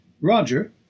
Roger